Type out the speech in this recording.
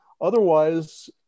otherwise